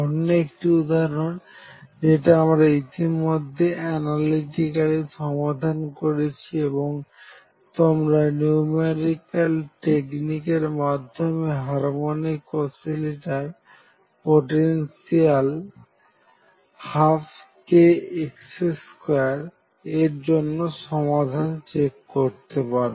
অন্য একটি উদাহরণ যেটা আমরা ইতিমধ্যে অ্যানালিটিক্যালি সমাধান করেছি এবং তোমরা নিউমেরিক্যাল টেকনিক এর মাধ্যমে হারমনিক অসিলেটর পোটেনশিয়াল 12kx2 এর জন্য সমাধানটা চেক করতে পারো